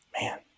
Man